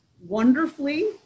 wonderfully